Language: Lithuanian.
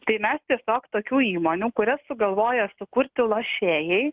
tai mes tiesiog tokių įmonių kurias sugalvojo sukurti lošėjai